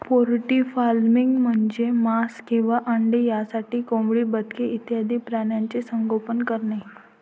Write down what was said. poultry farming म्हणजे मांस किंवा अंडी यासाठी कोंबडी, बदके इत्यादी प्राण्यांचे संगोपन करणे